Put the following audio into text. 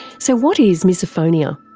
so what is misophonia?